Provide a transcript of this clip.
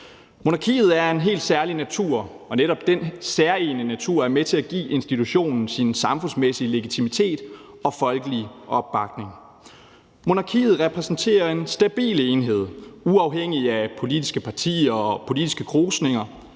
Monarkiet er af en helt særlig natur, og netop den særegne natur er med til at give institutionen dens samfundsmæssige legitimitet og folkelige opbakning. Monarkiet repræsenterer en stabil enhed uafhængig af politiske partier og politiske krusninger